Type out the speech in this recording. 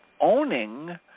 owning